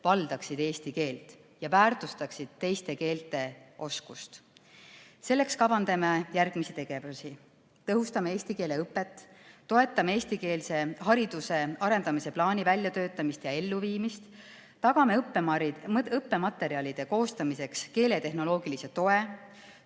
valdaksid eesti keelt ja väärtustaksid teiste keelte oskust. Selleks kavandame järgmisi tegevusi. Tõhustame eesti keele õpet, toetame eestikeelse hariduse arendamise plaani väljatöötamist ja elluviimist. Tagame õppematerjalide koostamiseks keeletehnoloogilise toe.